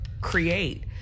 create